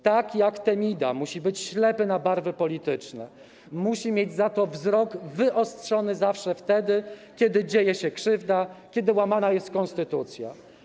Tak jak Temida rzecznik musi być ślepy na barwy polityczne, musi mieć za to wzrok wyostrzony zawsze wtedy, kiedy dzieje się krzywda, kiedy łamana jest konstytucja.